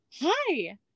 Hi